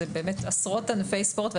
אלה עשרות ענפי ספורט בפריסה מאוד רחבה,